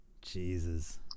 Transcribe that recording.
Jesus